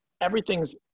everything's